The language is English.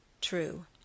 True